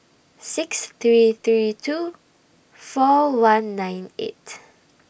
six three three two four one nine eight